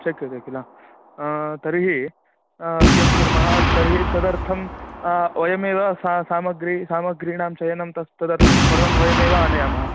शक्येते किल तर्हि किं कुर्मः तर्हि तदर्थं वयमेव सा सामग्रि सामग्रीणां चयनं तत् तदर्थं सर्वं वयमेव आनयामः